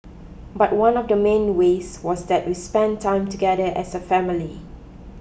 but one of the main ways was that we spent time together as a family